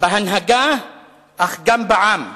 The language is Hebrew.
בהנהגה אך גם בעם.